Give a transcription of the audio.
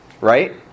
right